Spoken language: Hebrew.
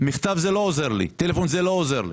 מכתב לא עוזר לי, טלפון לא עוזר לי.